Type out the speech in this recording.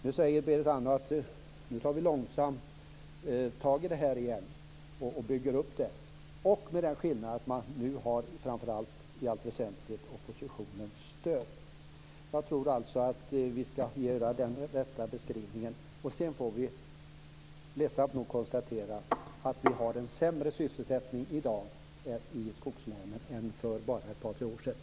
Nu säger Berit Andnor att vi långsamt tar tag i situationen igen och bygger upp landet, med den skillnaden att man nu i allt väsentligt har oppositionens stöd. Jag tror att vi skall göra en riktig beskrivning. Sedan får vi ledsamt nog konstatera att vi har en sämre sysselsättning i dag i skogslänen än för bara ett par tre år sedan.